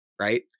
right